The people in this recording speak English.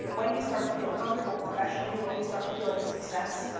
ah when you start to feel comfortable professionally, when you start to feel like a success,